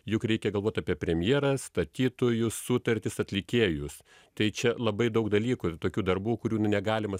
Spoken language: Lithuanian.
juk reikia galvot apie premjerą statytojų sutartis atlikėjus tai čia labai daug dalykų tokių darbų kurių nu negalima